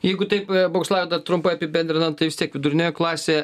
jeigu taip boguslavai dar trumpai apibendrinant tai vis tiek vidurinioji klasė